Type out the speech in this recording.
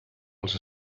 els